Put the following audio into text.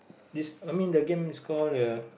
this I mean the game is call uh